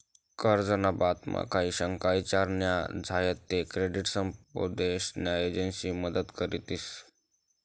कर्ज ना बाबतमा काही शंका ईचार न्या झायात ते क्रेडिट समुपदेशन न्या एजंसी मदत करतीस